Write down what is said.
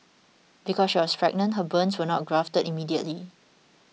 because she was pregnant her burns were not grafted immediately